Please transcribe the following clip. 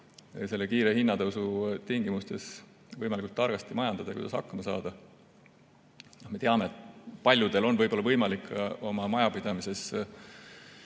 selle kiire hinnatõusu tingimustes võimalikult targasti majandada, kuidas hakkama saada. Me teame, et paljudel on võib-olla võimalik oma majapidamises